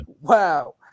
wow